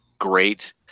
great